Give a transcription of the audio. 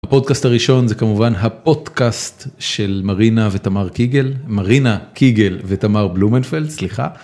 הפודקאסט הראשון זה כמובן הפודקאסט של מרינה ותמר קיגל מרינה קיגל ותמר בלומנפלד סליחה.